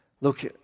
Look